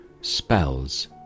spells